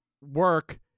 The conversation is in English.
work